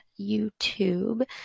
YouTube